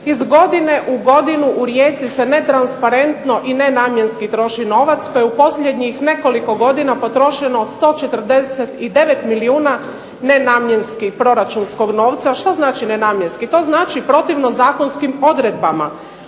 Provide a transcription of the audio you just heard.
Iz godine u godinu u Rijeci se netransparentno i nenamjenski troši novac, pa je u posljednjih nekoliko godina potrošeno 149 milijuna nenamjenski proračunskog novca. Šta znači nenamjenski? To znači protivnom zakonskim odredbama.